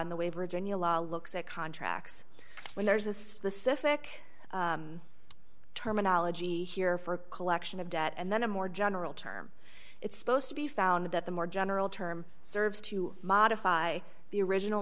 and the way virginia law looks at contracts when there's a specific terminology here for collection of debt and then a more general term it's supposed to be found that the more general term serves to modify the original